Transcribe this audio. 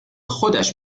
خودش